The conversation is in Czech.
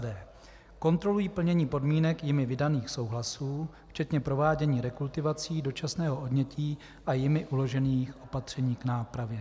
d) kontrolují plnění podmínek jimi vydaných souhlasů včetně provádění rekultivací, dočasného odnětí a jimi uložených opatření k nápravě,